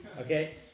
Okay